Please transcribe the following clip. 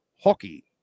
hockey